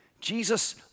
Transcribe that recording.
Jesus